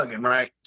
right